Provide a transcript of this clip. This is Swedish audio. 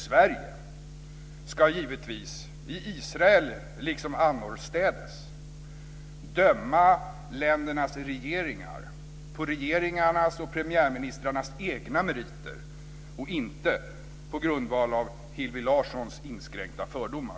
Sverige ska givetvis, i Israel liksom annorstädes, döma ländernas regeringar på regeringarnas och premiärministrarnas egna meriter och inte på grundval av Hillevi Larssons inskränkta fördomar.